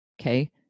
okay